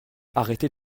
arrêter